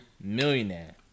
millionaire